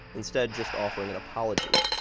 instead, just offering an apology.